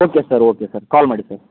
okay sir okay sir call ಮಾಡಿ sir